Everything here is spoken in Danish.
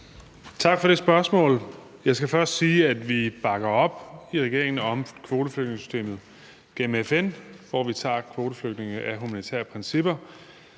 Tak for det spørgsmål. Jeg skal først sige, at i regeringen bakker vi op om kvoteflygtningesystemet gennem FN, hvor vi tager imod kvoteflygtninge af humanitære principper.